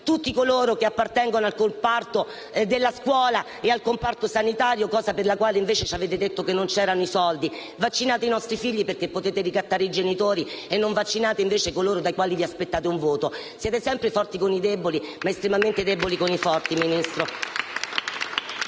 tutti coloro che appartengono al comparto della scuola e al comparto sanitario, cosa per la quale invece ci avete detto che non c'erano i soldi. Vaccinate i nostri figli perché potete ricattare i genitori e non vaccinate invece coloro dai quali vi aspettate un voto: siete sempre forti con i deboli, ma estremamente deboli con i forti.